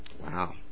Wow